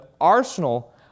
arsenal